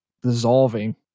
dissolving